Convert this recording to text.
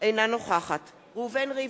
אינה נוכחת ראובן ריבלין,